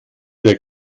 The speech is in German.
der